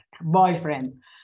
boyfriend